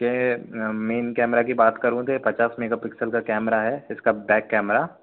इसके main camera के बात करूँ तो पचास मेगापिक्सल का कैमरा है बैक कैमरा